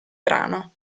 brano